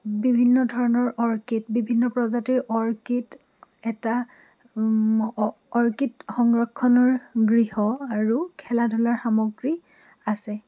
বিভিন্ন ধৰণৰ অৰ্কিড বিভিন্ন প্ৰজাতিৰ অৰ্কিড এটা অৰ্কিড সংৰক্ষণৰ গৃহ আৰু খেলা ধূলাৰ সামগ্ৰী আছে